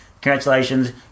Congratulations